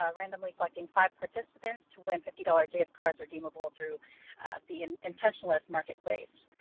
ah randomly selecting five participants to win fifty dollars gift cards, redeemable through the and intentionalist's market place,